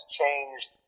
changed